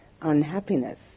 unhappiness